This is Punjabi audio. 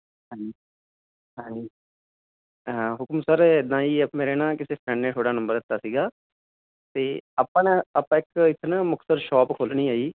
ਹਾਂਜੀ ਹਾਂ ਹੁਕਮ ਸਰ ਇਦਾਂ ਜੀ ਮੇਰਾ ਨਾ ਕਿਸੇ ਫਰੈਂਡ ਨੇ ਥੋੜਾ ਨੰਬਰ ਦਿੱਤਾ ਸੀਗਾ ਤੇ ਆਪਾਂ ਨਾ ਆਪਾਂ ਇੱਕ ਇੱਕ ਨਾ ਮੁਕਤਸਰ ਸ਼ੌਪ ਖੋਲਣੀ ਆ ਜੀ